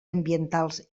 ambientals